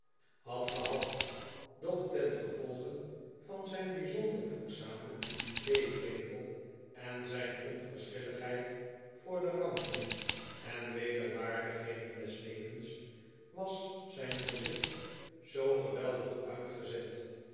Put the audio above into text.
had gehad doch tengevolge van zijn bijzonder voedzamen ieefregel en zijn onverschilligheid voor de rampen en wederwaardigheden des levens was zijn gezicht zoo geweldig uitgezet